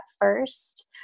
first